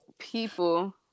people